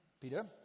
Peter